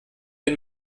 den